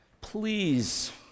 please